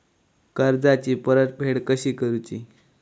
कर्जाची परतफेड कशी करुची?